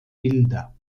bilder